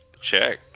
check